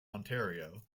ontario